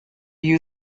you